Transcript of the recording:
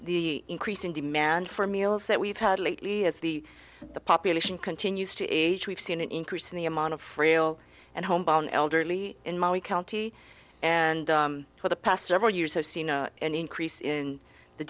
the increase in demand for meals that we've had lately as the population continues to age we've seen an increase in the amount of frail and homebound elderly in my county and for the past several years have seen an increase in the